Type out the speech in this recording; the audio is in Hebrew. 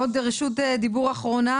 עוד רשות דיבור אחרונה,